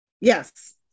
Yes